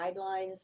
guidelines